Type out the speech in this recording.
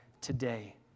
today